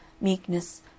meekness